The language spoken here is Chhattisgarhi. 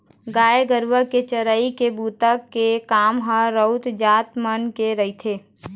गाय गरुवा के चरई के बूता के काम ह राउत जात मन के रहिथे